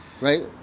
right